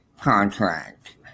contract